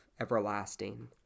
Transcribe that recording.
everlasting